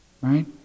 right